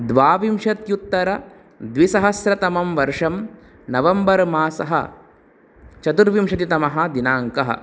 द्वाविंशत्युत्तरद्विसहस्रतमं वर्षं नवम्बर् मासः चतुर्विंशतितमः दिनाङ्कः